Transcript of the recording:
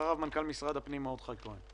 אחריו מנכ"ל משרד הפנים מרדכי כהן.